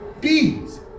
bees